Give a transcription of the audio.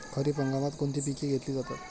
खरीप हंगामात कोणती पिके घेतली जातात?